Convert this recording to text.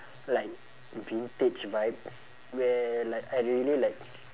like vintage vibe where like I really like